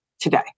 today